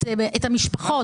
את המשפחות.